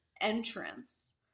entrance